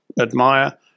admire